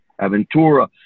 Aventura